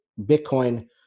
Bitcoin